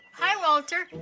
hi walter,